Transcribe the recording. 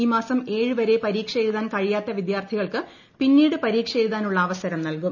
ഈ മാസം ഏഴു വരെ പരീക്ഷയെഴുതാൻ കഴിയാത്ത വിദ്യാർത്ഥികൾക്ക് പിന്നീട് പരീക്ഷയെഴുതാനുള്ള അവസരം നൽകും